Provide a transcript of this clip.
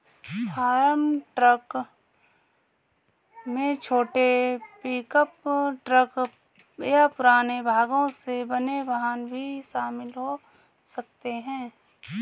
farm truck में छोटे pickup truck या पुराने भागों से बने वाहन भी शामिल हो सकते हैं